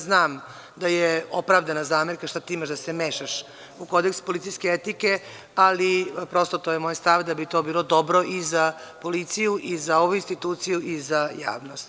Znam da je opravdana zamerka – šta ti imaš da se mešaš u kodeks policijske etike, ali prosto to je moj stav, da bi to bilo dobro i za policiju i za ovu instituciju i za javnost.